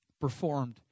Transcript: performed